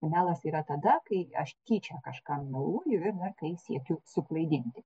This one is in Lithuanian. melas yra tada kai aš tyčia kažką meluoju ir na kai siekiu suklaidinti